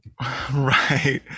right